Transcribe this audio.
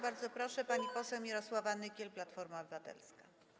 Bardzo proszę, pani poseł Mirosława Nykiel, Platforma Obywatelska.